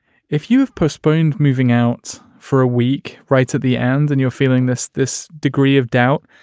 if you've postponed moving out for a week. writes at the end and you're feeling this this degree of doubt.